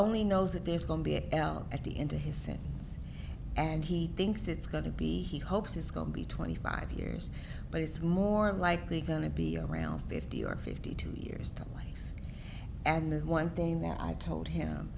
only knows that there's going to be a l at the into his set and he thinks it's going to be he hopes it's going to be twenty five years but it's more likely going to be around fifty or fifty two years to life and the one thing that i told him